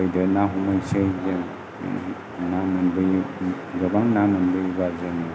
फैदो ना हमहैनोसै जों ना मोनबोयो गोबां ना मोनबोयोबा जोङो